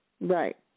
right